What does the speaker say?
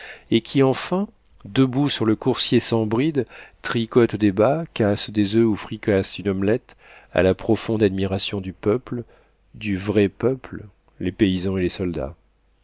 et qui enfin debout sur le coursier sans bride tricote des bas casse des oeufs ou fricasse une omelette à la profonde admiration du peuple du vrai peuple les paysans et les soldats